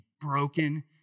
broken